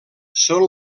són